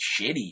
shitty